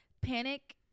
panic